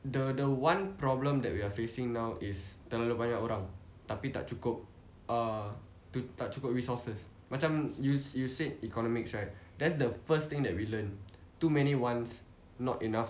the the one problem that we're facing now is terlalu banyak orang tapi tak cukup err tak cukup resources macam you you said economics right that's the first thing that we learn too many wants not enough